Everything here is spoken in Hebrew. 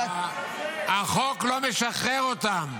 החוק משחרר אותם.